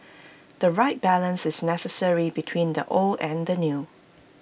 the right balance is necessary between the old and the new